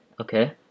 Okay